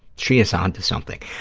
she is on to something.